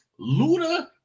Luda